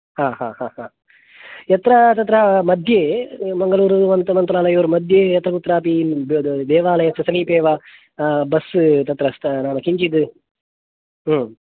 हा हा हा हा यत्र तत्र मध्ये मङ्गलूरु मन्त्रालयोर्मद्ये यत्रकुत्रापि देवालयस्य समीपे वा बस् तत्र नाम किञ्चित्